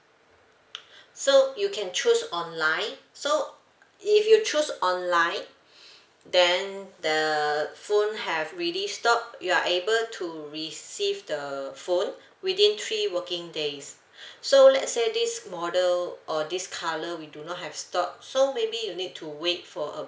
so you can choose online so if you choose online then the phone have ready stock you are able to receive the phone within three working days so let's say this model or this colour we do not have stock so maybe you need to wait for